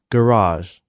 Garage